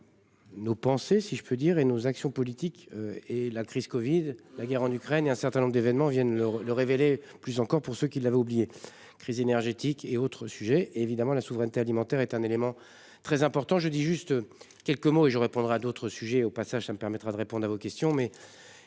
Nos pensées, si je peux dire et nos actions politiques et la crise Covid, la guerre en Ukraine et un certain nombre d'événements viennent le le révéler plus encore pour ceux qui l'avait oublié. Crise énergétique, et autres sujets évidemment la souveraineté alimentaire est un élément très important. Je dis juste quelques mots et je répondrai à d'autres sujets, au passage, ça me permettra de répondre à vos questions